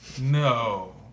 No